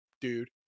dude